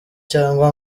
cyangwa